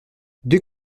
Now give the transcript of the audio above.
deux